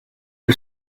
del